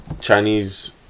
Chinese